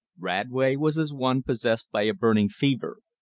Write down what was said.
radway was as one possessed by a burning fever.